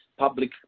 Public